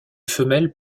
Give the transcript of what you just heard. femelles